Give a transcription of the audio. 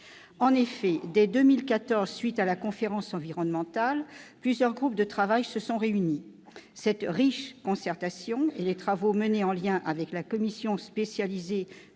hémicycle. Dès 2014, à la suite de la conférence environnementale, plusieurs groupes de travail se sont réunis. Cette riche concertation et les travaux menés en lien avec la commission spécialisée